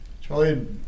charlie